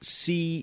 see